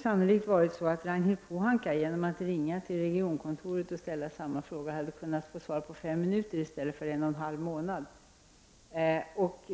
Sannolikt hade Ragnhild Pohanka genom att ringa till regionkontoret kunnat få svar på sin fråga på bara fem minuter i stället för att vänta en och en halv månad.